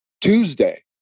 Tuesday